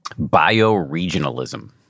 Bioregionalism